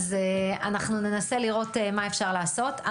אנחנו ננסה לראות מה אפשר לעשות.